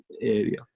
area